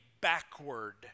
backward